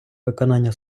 виконання